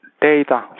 data